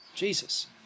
Jesus